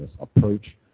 approach